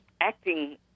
acting